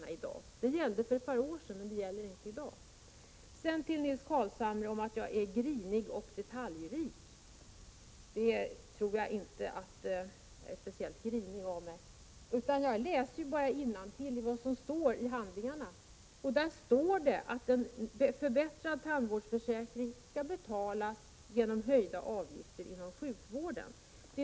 En sådan fanns för ett par år sedan, men det gäller inte i dag. Nils Carlshamre menade att jag är grinig och detaljrik. Jag tror inte att jag är speciellt grinig av mig, utan jag läser bara innantill i vad som står i handlingarna, och av dem framgår att den begärda förbättringen av tandvårdsförsäkringen skall betalas genom höjda avgifter inom sjukvården.